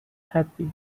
happy